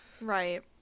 Right